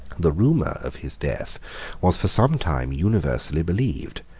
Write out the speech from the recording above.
the rumor of his death was for some time universally believed,